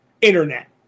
internet